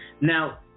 Now